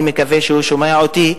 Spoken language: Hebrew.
אני מקווה שהוא שומע אותי,